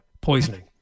poisoning